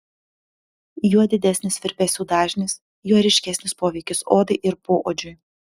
juo didesnis virpesių dažnis juo ryškesnis poveikis odai ir poodžiui